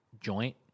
joint